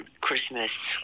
Christmas